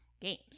games